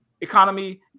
economy